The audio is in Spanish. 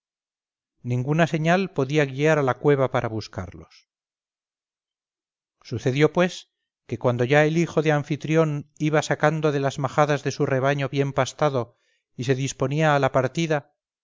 ninguna señal podía guiar a la cueva para buscarlos sucedió pues que cuando ya el hijo de anfitrión iba sacando de las majadas de su rebaño bien pastado y se disponía a la partida